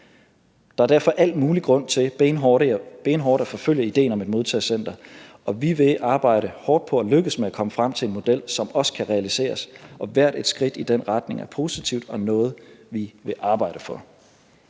Der er derfor al mulig grund til benhårdt at forfølge ideen om et modtagecenter, og vi vil arbejde hårdt på at lykkes med at komme frem til en model, som også kan realiseres. Og hvert et skridt i den retning er positivt og noget, vi vil arbejde for.